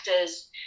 actors